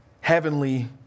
heavenly